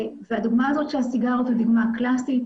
הדוגמה הזאת של הסיגריות היא דוגמה קלאסית.